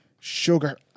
sugar